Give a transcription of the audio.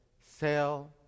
sell